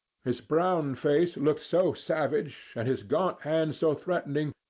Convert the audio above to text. his brown face looked so savage, and his gaunt hands so threatening,